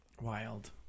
Wild